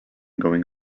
going